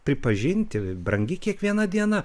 pripažinti brangi kiekviena diena